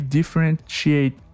differentiate